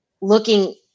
looking